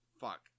Fuck